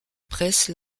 presse